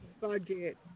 budget